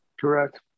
correct